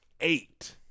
eight